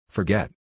Forget